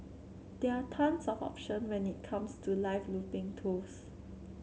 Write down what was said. there are tons of option when it comes to live looping tools